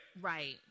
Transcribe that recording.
Right